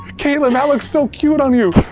katelyn that looks so cute on you.